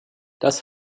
das